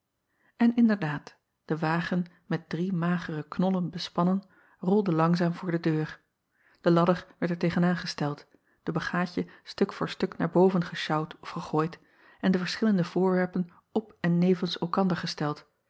n inderdaad de wagen met drie magere knollen bespannen rolde langzaam voor de deur de ladder werd er tegenaan gesteld de bagaadje stuk voor stuk naar boven gesjouwd of gegooid en de verschillende voorwerpen op en nevens elkander gesteld